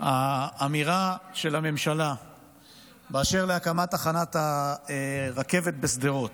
האמירה של הממשלה באשר להקמת תחנת הרכבת בשדרות,